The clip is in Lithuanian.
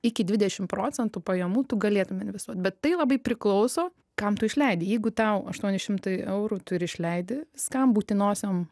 iki dvidešim procentų pajamų tu galėtum investuot bet tai labai priklauso kam tu išleidi jeigu tau aštuoni šimtai eurų tu ir išleidi viskam būtinosiom